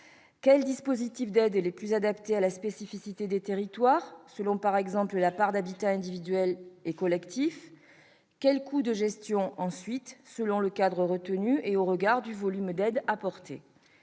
Quel dispositif d'aide sera le plus adapté à la spécificité des territoires selon, par exemple, la part d'habitat individuel et collectif ? À combien s'élèveront les coûts de gestion selon le cadre retenu et au regard du volume d'aide apporté ?